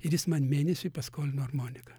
ir jis man mėnesiui paskolino armoniką